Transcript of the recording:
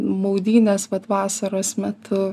maudynės vat vasaros metu